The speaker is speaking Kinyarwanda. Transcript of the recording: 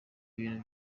ibintu